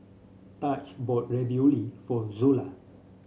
Taj bought Ravioli for Zola